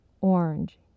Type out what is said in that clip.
orange